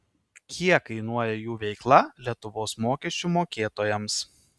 kiek kainuoja jų veikla lietuvos mokesčių mokėtojams